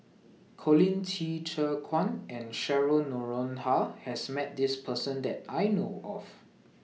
Colin Qi Zhe Quan and Cheryl Noronha has Met This Person that I know of